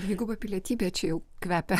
dviguba pilietybe čia jau kvepia